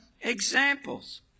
examples